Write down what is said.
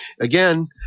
Again